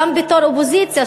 גם בתור אופוזיציה,